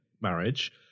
marriage